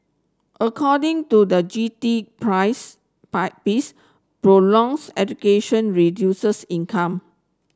according to the G T price piece prolongs education reduces income